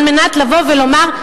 על מנת לבוא ולומר,